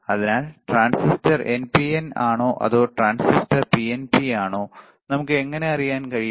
അതിനാൽ transistor NPN ആണോ അതോ ട്രാൻസിസ്റ്റർ പിഎൻപിയാണോ നമുക്ക് എങ്ങനെ അറിയാൻ കഴിയും